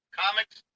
comics